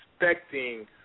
expecting